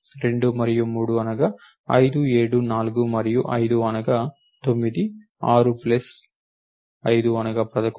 2 మరియు 3 అనగా 5 7 4 మరియు 5 అనగా 9 6 ప్లస్ 5 అనగా 11